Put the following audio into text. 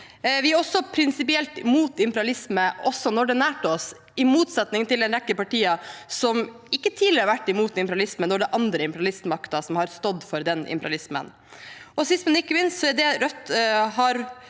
Vi er prinsipielt imot imperialisme også når det er nært oss, i motsetning til en rekke partier som ikke tidligere har vært imot imperialisme, når det har vært andre imperialistmakter som har stått for den imperialismen. Sist, men ikke minst: Det